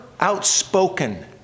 outspoken